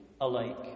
alike